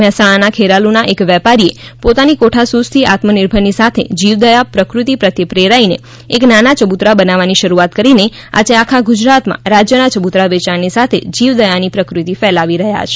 મહેસાણાના ખેરાલુના એક વેપારીએ પોતાની કોઠાસુઝથી આત્મ નિર્ભરની સાથે જીવદયા પ્રકૃતિ પ્રત્યે પેરાઈને એક નાના ચબુતરા બનાવવાની શરૂઆત કરીને આજે આખા ગુજરાત રાજ્યમાં ચબુતરા વેચાણની સાથે જીવદયાની પ્રકૃતિ ફેલાવી રહ્યા છે